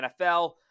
NFL